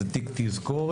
זה תיק תזכורת,